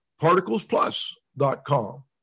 ParticlesPlus.com